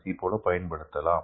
C போல பயன்படுத்தலாம்